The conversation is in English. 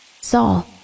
Saul